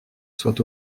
soit